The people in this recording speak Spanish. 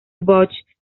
busch